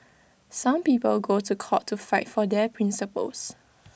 some people go to court to fight for their principles